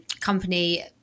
company